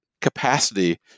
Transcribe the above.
capacity